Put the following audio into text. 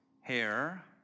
hair